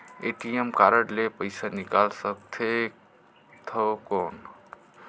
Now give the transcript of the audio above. ATM card ले पइसा निकाल सकथे थव कौन?